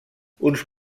uns